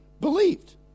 believed